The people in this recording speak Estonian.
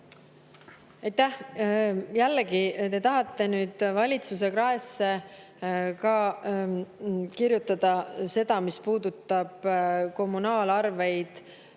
Aitäh! Jällegi, te tahate nüüd valitsuse kraesse kirjutada ka seda, mis puudutab kommunaalarveid